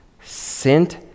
sent